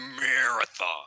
marathon